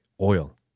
oil